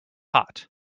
hot